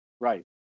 right